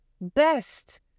best